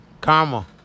Karma